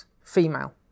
female